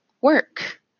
work